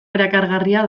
erakargarria